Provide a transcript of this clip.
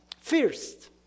first